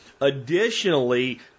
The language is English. Additionally